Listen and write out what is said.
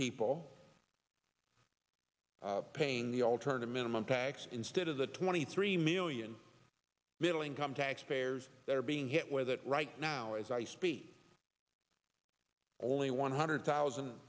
people paying the alternative minimum tax instead of the twenty three million middle income taxpayers that are being hit with it right now as i speak only one hundred thousand